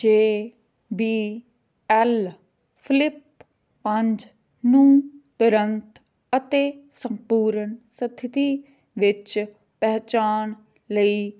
ਜੇ B L flip ਪੰਜ ਨੂੰ ਤੁਰੰਤ ਅਤੇ ਸੰਪੂਰਨ ਸਥਿਤੀ ਵਿੱਚ ਪਹੁੰਚਾਉਣ ਲਈ